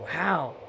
wow